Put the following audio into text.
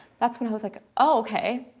that's when i was like, okay,